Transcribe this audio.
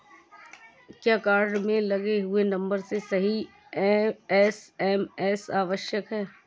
क्या कार्ड में लगे हुए नंबर से ही एस.एम.एस आवश्यक है?